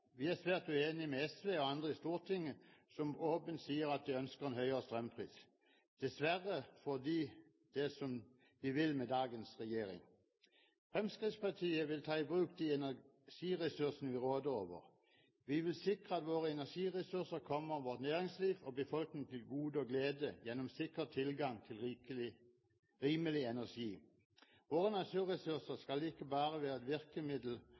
Vi er svært uenig med SV og andre i Stortinget som åpent sier at de ønsker en høyere strømpris. Dessverre får de det som de vil med dagens regjering. Fremskrittspartiet vil ta i bruk de energiressursene vi råder over. Vi vil sikre at våre energiressurser kommer vårt næringsliv og vår befolkning til gode og glede gjennom sikker tilgang til rimelig energi. Våre naturressurser skal ikke bare være et virkemiddel